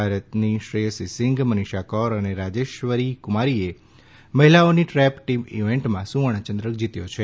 ભારતની શ્રેયસી સિંઘ મનિષા કોર અને રાજેશ્વરી કુમારીએ મહિલાઓની ટ્રેપ ટીમ ઇવેન્ટમાં સુવર્ણ ચંદ્રક જીત્યો છે